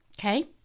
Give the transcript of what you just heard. Okay